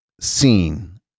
seen